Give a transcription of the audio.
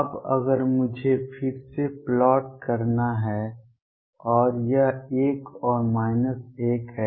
अब अगर मुझे फिर से प्लॉट करना है और यह 1 और 1 है